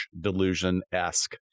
delusion-esque